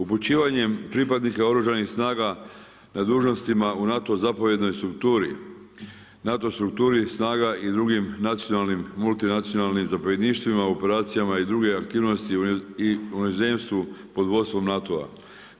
Upućivanjem pripadnika Oružanih snaga na dužnostima u NATO zapovjednoj strukturi, NATO strukturi snaga i drugim nacionalnim, multinacionalnim zapovjedništvima u operacijama i druge aktivnosti i u inozemstvu pod vodstvom NATO-a.